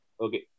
okay